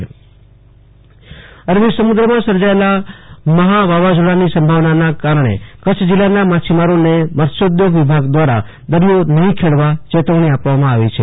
આશતોષ અંતાણી મહાઃ વાવાઝોડું કચ્છ અરબી સમુદ્રમાં સર્જાયેલા મહા વાવાઝોડાની સંભાવનાના કારણે કચ્છ જિલ્લાના માછીમારોને મત્સ્યોઘોગ વિભાગ દ્વારા દરિયો નહીં ખેડવા ચેતવણી આપવામાં આવી છે